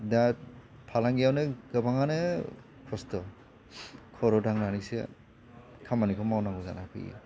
दा फालांगियावनो गोबांआनो खस्थ' खर' दांनानैसो खामानिखौ मावनांगौ जाना फैयो